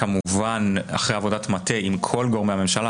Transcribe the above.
כמובן אחרי עבודת מטה עם כל גורמי הממשלה.